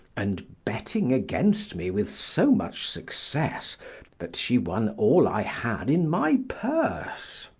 and betting against me with so much success that she won all i had in my purse.